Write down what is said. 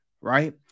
right